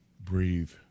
breathe